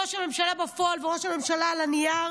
ראש הממשלה בפועל וראש הממשלה על הנייר,